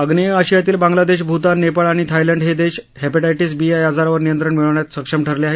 आग्नेय आशियातील बांग्लादेश भूतान नेपाळ आणि थायलंड हे देश हेपेटायटीस बी या आजारावर नियंत्रण मिळवण्यात सक्षम ठरले आहेत